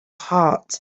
heart